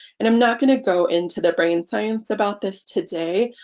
and i'm not going to go into the brain science about this today,